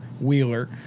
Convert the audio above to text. Wheeler